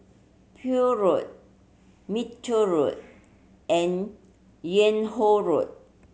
Poole Road Minto Road and Yung Ho Road